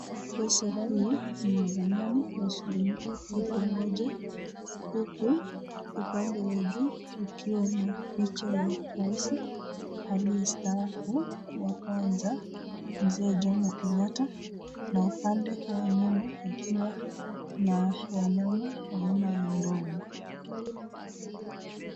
Pesa hii ni ya dhamani ya shilingi elfu moja huku upande wa juu ukiwa na picha ya rais aliyestaafu wa kwanza Mzee Jomo Kenyatta na upande wa nyuma ikiwa na wanyama aina ya ndovu.